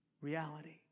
reality